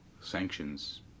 sanctions